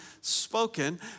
spoken